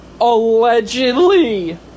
Allegedly